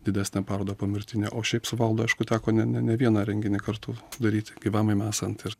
didesnę parodą pomirtinę o šiaip su valdu aišku teko ne ne vieną renginį kartu daryti gyvam jam esant ir